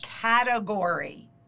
category